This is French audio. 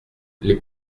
les